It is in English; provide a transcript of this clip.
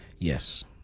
Yes